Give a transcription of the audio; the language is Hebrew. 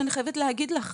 אני חייבת להגיד לך,